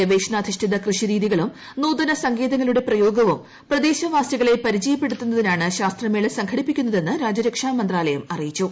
ഗവേഷ്ണൂ അധിഷ്ഠിത കൃഷിരീതികളും നൂതന സങ്കേതങ്ങളുടെ പ്രയോഗ്ദവും പ്രദ്ദേശവാസികളെ പരിചയപ്പെടുത്തുന്നതിനാണ് ശ്യസ്ത്ര്യമേള സംഘടിപ്പിക്കുന്നതെന്ന് രാജ്യരക്ഷാ മന്ത്രാലയം അറിയിച്ചു